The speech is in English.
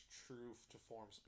true-to-form